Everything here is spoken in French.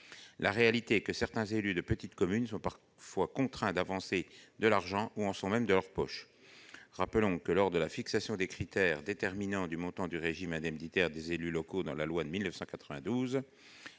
La réalité est que certains élus de petites communes sont parfois contraints d'avancer de l'argent ou en sont même « de leur poche ». Rappelons-le, lors de la fixation des critères déterminant le montant du régime indemnitaire des élus locaux dans la loi de 1992,